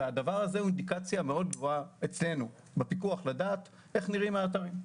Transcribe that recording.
הדבר הזה הוא אינדיקציה ברורה מאוד אצלנו בפיקוח לדעת איך נראים האתרים.